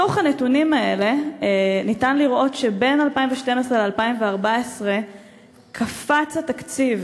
מהנתונים האלה אפשר לראות שבין 2012 ל-2014 קפץ התקציב